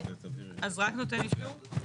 אז רק נותן אישור?